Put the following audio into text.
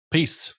Peace